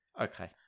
Okay